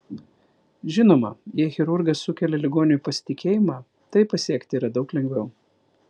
žinoma jei chirurgas sukelia ligoniui pasitikėjimą tai pasiekti yra daug lengviau